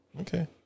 Okay